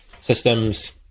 systems